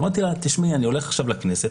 אמרתי לה: אני הולך עכשיו לכנסת,